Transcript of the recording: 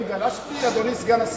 האם גלשתי, אדוני סגן השר?